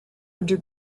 under